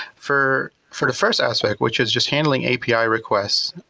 for for the first aspect, which is just handling api ah requests,